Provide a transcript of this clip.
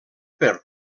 per